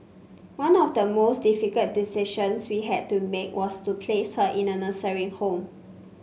one of the most difficult decisions we had to make was to place her in a nursing home